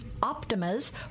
Optimas